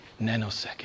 nanosecond